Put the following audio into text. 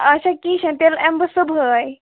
اَچھا کیٚنٛہہ چھُنہٕ تیٚلہِ یِمہٕ بہٕ صُبحٲے